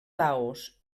laos